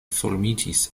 formiĝis